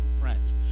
friends